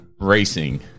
racing